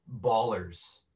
ballers